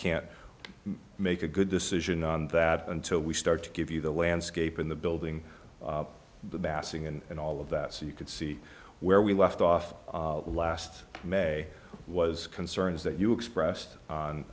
can't make a good decision on that until we start to give you the landscape in the building the bass and all of that so you can see where we left off last may was concerns that you expressed o